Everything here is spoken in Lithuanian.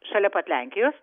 šalia pat lenkijos